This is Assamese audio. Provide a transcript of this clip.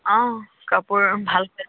অ কাপোৰ ভাল